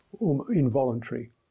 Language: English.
involuntary